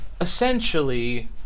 essentially